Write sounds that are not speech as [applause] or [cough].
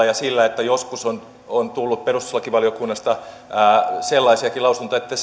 [unintelligible] ja se että joskus on on tullut perustuslakivaliokunnasta sellaisiakin lausuntoja että [unintelligible]